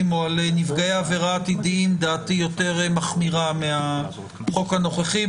או על נפגעי עבירה עתידיים דעתי יותר מחמירה מהחוק הנוכחי,